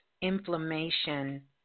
inflammation